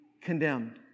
condemned